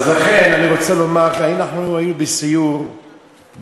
אז לכן אני רוצה לומר, היינו בסיור באילת,